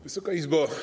Wysoka Izbo!